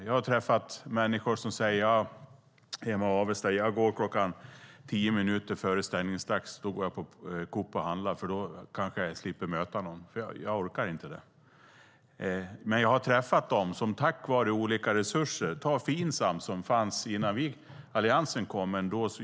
Jag har träffat människor hemma i Avesta som säger: Jag går på Coop och handlar tio minuter före stängningsdags, för då kanske jag slipper möta någon. Jag orkar nämligen inte det. Jag har dock träffat dem som har fått jobb tack vare olika resurser. Ta Finsam, som fanns innan Alliansen kom.